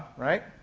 right?